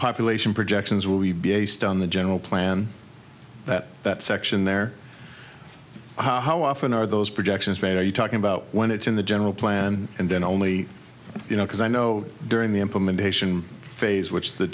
population projections will you be a stone the general plan that that section there how often are those projections made are you talking about when it's in the general plan and then only you know because i know during the implementation phase which the